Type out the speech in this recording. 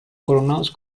coronados